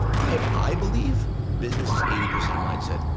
i um i believe, business is eighty percent mindset.